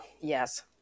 Yes